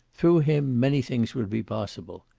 through him many things would be possible.